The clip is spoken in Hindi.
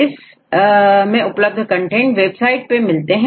इस मैं उपलब्ध कंटेंट वेबसाइट में मिलते हैं